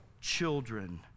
children